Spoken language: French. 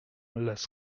las